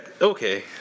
Okay